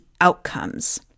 outcomes